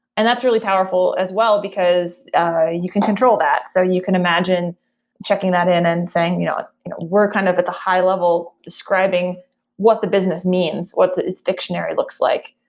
and that's really powerful as well, because ah you can control that. so you can imagine checking that in and saying you know we're kind of at the high level describing what the business means, what its dictionary looks like.